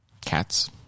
Cats